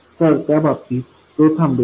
तर त्या बाबतीत तो थांबेल